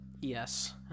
Yes